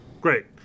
Great